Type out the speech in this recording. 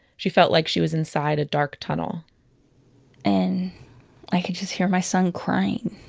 she felt like she was inside a dark tunnel and i could just hear my son crying.